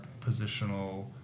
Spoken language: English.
positional